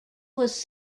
was